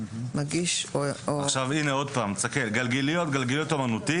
עכשיו שוב גלגיליות וגלגיליות אומנותית